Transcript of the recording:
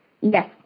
Yes